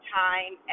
time